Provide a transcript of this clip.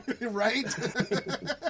Right